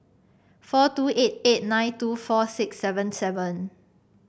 four two eight eight nine two four six seven seven